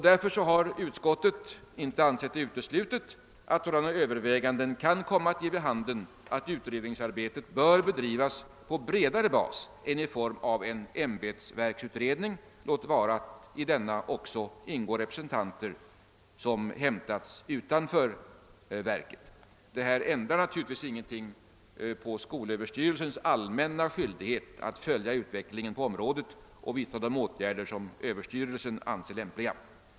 Utskottet har därför inte ansett det uteslutet att sådana överväganden kan komma att ge vid handen att utredningsarbetet bör bedrivas på bredare bas än i form av en ämbetsverksutredning, låt vara att i denna också ingår representanter utanför verket. Detta påverkar naturligtvis inte skolöverstyrelsens allmänna skyldighet att följa utvecklingen på området och vidta de åtgärder som Överstyrelsen anser lämpliga.